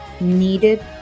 needed